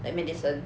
like medicine